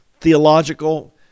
theological